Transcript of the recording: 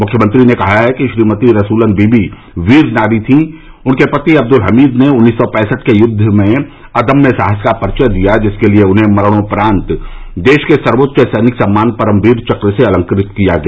मुख्यमंत्री ने कहा है कि श्रीमती रसूलन बीबी वीर नारी थी उनके पति अब्दुल हमीद ने उन्नीस सौ पैंसठ के युद्व में अद्म्य साहस का परिचय दिया जिसके लिये उन्हें मरणोपरान्त देश के सर्वोच्च सैनिक सम्मान परमवीर चक्र से अलंकृत किया गया